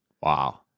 wow